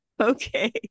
Okay